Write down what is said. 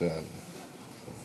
חברי חברי